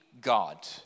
God